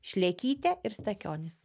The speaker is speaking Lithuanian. šlekytė stakionis